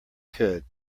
could